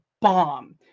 bomb